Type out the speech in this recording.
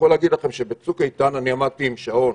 ב"צוק איתן" עמדתי עם שעון